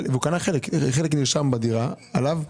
והוא קנה חלק נרשם בדירה עליו.